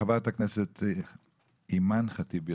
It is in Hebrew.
חברת הכנסת אימאן ח'טיב יאסין.